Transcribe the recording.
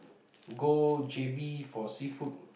go J_B for seafood